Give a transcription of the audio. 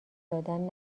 دادن